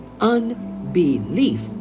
Unbelief